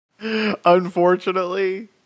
Unfortunately